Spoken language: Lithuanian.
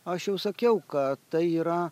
aš jau sakiau kad tai yra